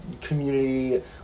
Community